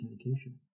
Communication